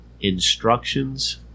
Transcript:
Instructions